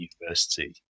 university